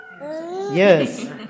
Yes